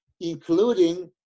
including